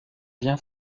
bien